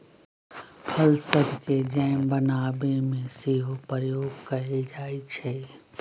फल सभके जैम बनाबे में सेहो प्रयोग कएल जाइ छइ